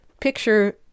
picture